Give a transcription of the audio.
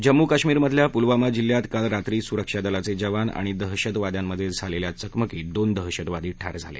जम्मू काश्मीरमधल्या पुलवामा जिल्हात काल रात्री सुरक्षादलाचे जवान आणि दहशतवाद्यांमध्ये झालेल्या चकमकीत दोन दहशतवादी ठार झाले